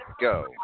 go